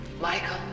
Michael